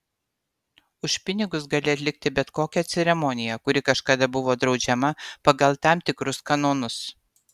už pinigus gali atlikti bet kokią ceremoniją kuri kažkada buvo draudžiama pagal tam tikrus kanonus